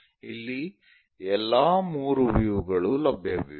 ಇಲ್ಲಿ ಎಲ್ಲಾ 3 ವ್ಯೂ ಗಳೂ ಲಭ್ಯವಿವೆ